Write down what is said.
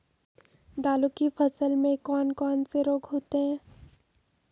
दालों की फसल में कौन कौन से रोग होते हैं?